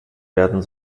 werden